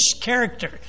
character